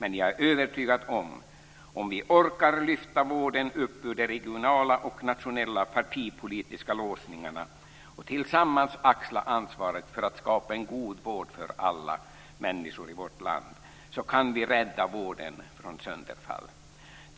Men jag är övertygad om att om vi orkar lyfta upp vården ur de regionala och nationella partipolitiska låsningarna, och tillsammans axla ansvaret för att skapa en god vård för alla människor i vårt land, kan vi rädda vården från sönderfall.